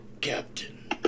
Captain